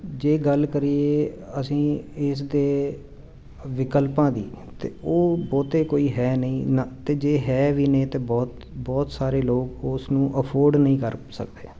ਜੇ ਗੱਲ ਕਰੀਏ ਅਸੀਂ ਇਸ ਦੇ ਵਿਕਲਪਾਂ ਦੀ ਤਾਂ ਉਹ ਬਹੁਤ ਕੋਈ ਹੈ ਨਹੀਂ ਨਾ ਅਤੇ ਜੇ ਹੈ ਵੀ ਨੇ ਤਾਂ ਬਹੁਤ ਬਹੁਤ ਸਾਰੇ ਲੋਕ ਉਸ ਨੂੰ ਅਫੋਰਡ ਨਹੀਂ ਕਰ ਸਕਦੇ